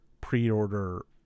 pre-order